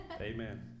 Amen